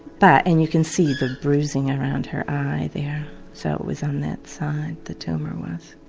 but and you can see the bruising around her eye there so it was on that side the tumour was.